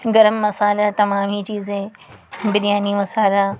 گرم مسالہ تمام ہی چیزیں بریانی مسالہ